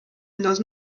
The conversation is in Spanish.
los